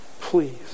Please